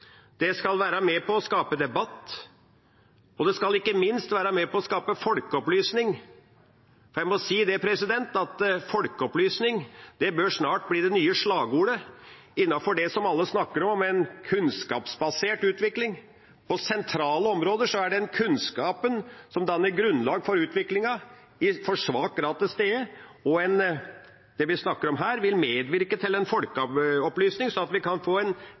det skal være med på å skape debatt, og det skal ikke minst være med på å skape folkeopplysning. Jeg må si at folkeopplysning snart bør bli det nye slagordet innenfor det som alle snakker om, en kunnskapsbasert utvikling. På sentrale områder er den kunnskapen som danner grunnlag for utviklingen, i for svak grad til stede. Det vi snakker om her, vil medvirke til en folkeopplysning slik at vi kan få en